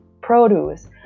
produce